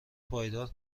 پایدار